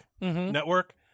network